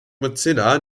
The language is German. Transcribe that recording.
mozilla